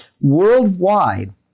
Worldwide